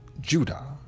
Judah